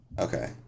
Okay